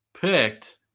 picked